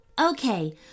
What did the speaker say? Okay